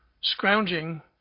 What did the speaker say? scrounging